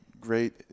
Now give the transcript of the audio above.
great